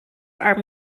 are